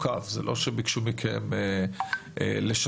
לא שביקשו מכן לשנות,